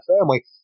family